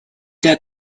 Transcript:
der